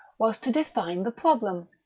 was to define the problem.